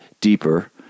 deeper